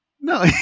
No